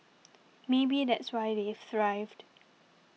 maybe that's why they've thrived